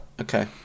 Okay